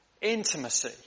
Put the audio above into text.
intimacy